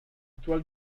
étoile